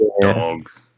dogs